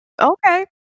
Okay